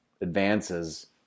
advances